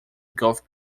golf